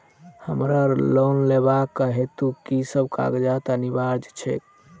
हमरा लोन लेबाक हेतु की सब कागजात अनिवार्य छैक?